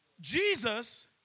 Jesus